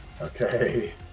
Okay